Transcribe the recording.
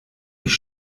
ich